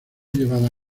llevada